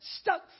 stuck